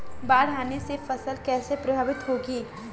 बाढ़ आने से फसल कैसे प्रभावित होगी?